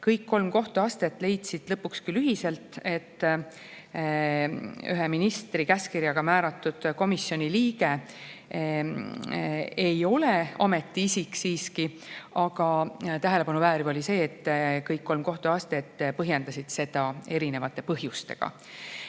Kõik kolm kohtuastet leidsid lõpuks küll ühiselt, et ühe ministri käskkirjaga määratud komisjoni liige ei ole siiski ametiisik, aga tähelepanu väärib see, et kõik kolm kohtuastet põhjendasid seda erinevate põhjustega.